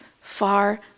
far